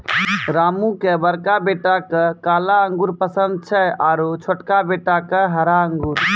रामू के बड़का बेटा क काला अंगूर पसंद छै आरो छोटका बेटा क हरा अंगूर